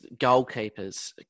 goalkeepers